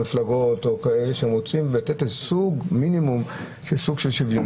מפלגות או כאלה שרוצים לתת מינימום שוויוניות.